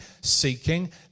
seeking